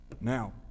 Now